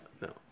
No